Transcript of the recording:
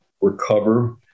recover